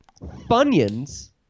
Funyuns